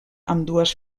ambdues